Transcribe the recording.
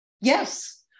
Yes